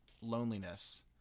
loneliness